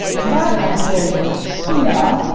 to that, i'd say yeah.